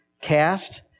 Cast